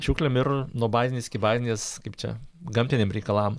šiukšlėm ir nuo bazinės iki bazinės kaip čia gamtiniam reikalam